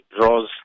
draws